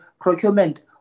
procurement